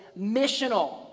missional